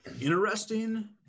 interesting